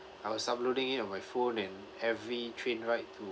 I was uploading it on my phone and every train ride to